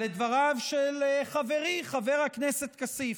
לדבריו של חברי חבר הכסת כסיף,